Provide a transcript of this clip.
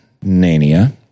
Nania